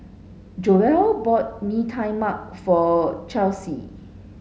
Joell bought Mee Tai Mak for Chelsi